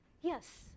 Yes